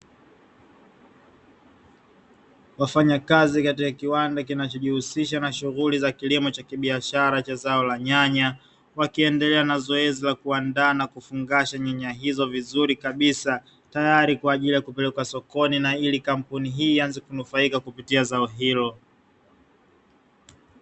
Wafanyakazi katika kiwanda kinacho jihusisha na shughuli za kilimo cha kibiashara cha zao la nyanya, wakiendelea na zoezi la kuandaa na kufungasha nyanya hizo vizuri kabisa tayari kwa ajili ya kupelekwa sokoni na ili kampuni hii ianze kunufaika kupitia zao hilo.